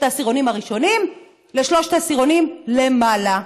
העשירונים הראשונים לשלושת העשירונים למעלה.